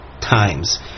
times